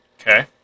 Okay